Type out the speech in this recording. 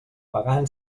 pagant